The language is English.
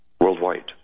worldwide